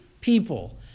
people